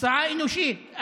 הצעה אנושית.